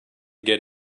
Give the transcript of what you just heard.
get